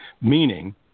Meaning